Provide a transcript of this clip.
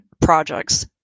projects